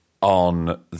on